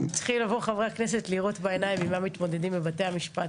חברי הכנסת צריכים לבוא ולראות בעיניים עם מה מתמודדים בבתי המשפט.